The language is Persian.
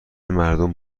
مردم